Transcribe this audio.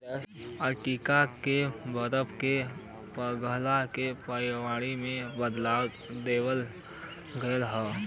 Antarctica के बरफ के पिघले से पर्यावरण में बदलाव देखल गयल हौ